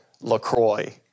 Lacroix